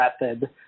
method